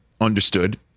understood